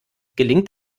gelingt